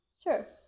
Sure